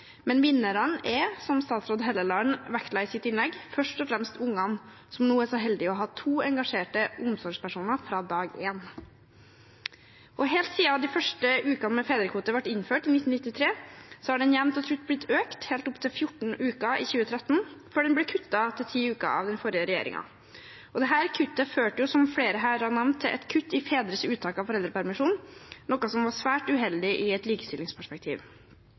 Men vinnerne er, som statsråd Hofstad Helleland vektla i sitt innlegg, først og fremst ungene, som nå er så heldige å ha to engasjerte omsorgspersoner fra dag én. Helt siden de første ukene med fedrekvote ble innført i 1993, har den jevnt og trutt blitt økt, helt opp til 14 uker i 2013, før den ble kuttet til 10 uker av den forrige regjeringen. Dette kuttet førte, som flere har nevnt, til et kutt i fedres uttak av foreldrepermisjon, noe som var svært uheldig i et likestillingsperspektiv.